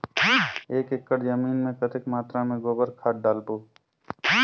एक एकड़ जमीन मे कतेक मात्रा मे गोबर खाद डालबो?